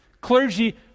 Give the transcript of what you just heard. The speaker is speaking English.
clergy